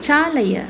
चालय